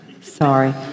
Sorry